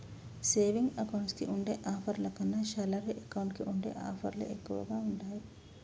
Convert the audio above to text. saving account కి ఉండే ఆఫర్ల కన్నా శాలరీ అకౌంట్ కి ఉండే ఆఫర్లే ఎక్కువగా ఉంటాయి